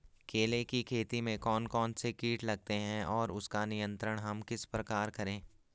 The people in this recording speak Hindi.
केले की खेती में कौन कौन से कीट लगते हैं और उसका नियंत्रण हम किस प्रकार करें?